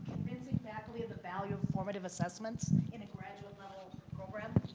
convincing faculty of the value of formative assessments in a graduate-level program?